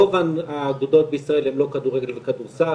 רוב האגודות בישראל הן לא כדורגל וכדורסל,